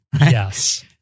Yes